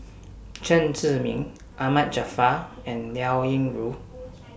Chen Zhiming Ahmad Jaafar and Liao Yingru